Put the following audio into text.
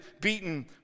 beaten